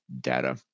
data